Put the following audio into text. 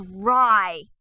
dry